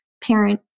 parent